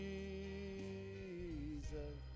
Jesus